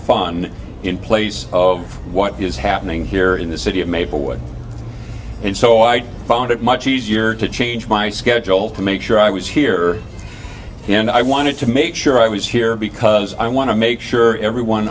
fun in place of what is happening here in the city of maplewood and so i found it much easier to change my schedule to make sure i was here and i wanted to make sure i was here because i want to make sure everyone